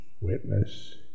Witness